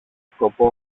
σκοπό